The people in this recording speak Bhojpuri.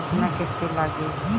केतना किस्त लागी?